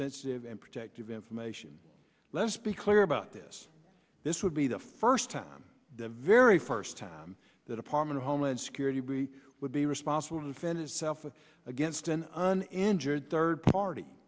sensitive and protective information let's be clear about this this would be the first time the very first time the department of homeland security would be responsible to defend itself against an un injured third party